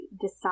decide